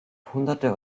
hunderte